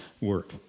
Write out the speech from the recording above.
work